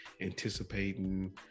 anticipating